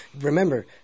remember